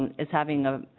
and is having a ah.